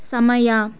ಸಮಯ